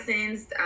licensed